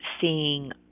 seeing